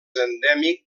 endèmic